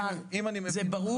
אם אני מבין אותך --- זה ברור,